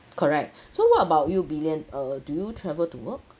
correct so what about you bee lian uh do you travel to work